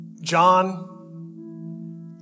John